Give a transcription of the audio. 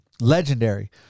legendary